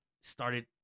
started